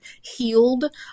healed